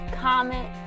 comment